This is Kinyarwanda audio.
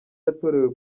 yatorewe